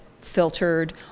filtered